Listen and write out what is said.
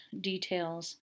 details